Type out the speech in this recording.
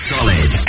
Solid